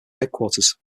headquarters